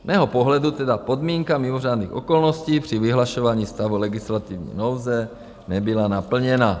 Z mého pohledu tedy podmínka mimořádných okolností při vyhlašování stavu legislativní nouze nebyla naplněna.